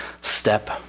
step